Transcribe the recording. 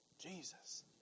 Jesus